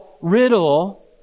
riddle